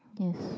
yes